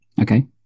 Okay